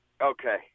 Okay